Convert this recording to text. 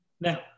Now